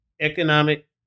economic